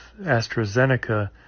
AstraZeneca